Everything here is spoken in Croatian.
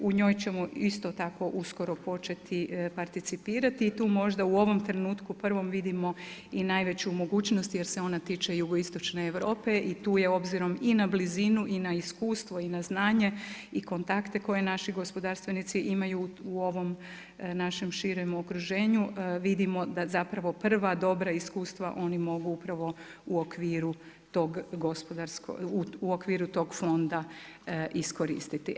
U njoj ćemo isto tako uskoro početi participirati i tu možda u ovom trenutku prvom vidimo i najveću mogućnost jer se ona tiče jugoistočne Europe i tu je obzirom i na blizinu i na iskustvo i na znanje i kontakte koji naši gospodarstvenici imaju u ovom našem širem okruženju vidimo da zapravo prva dobra iskustva oni mogu upravo u okviru tog fonda iskoristiti.